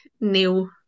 new